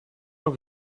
ook